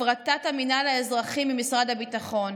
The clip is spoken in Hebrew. הפרטת המינהל האזרחי ממשרד הביטחון,